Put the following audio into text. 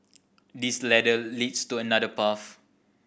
this ladder leads to another path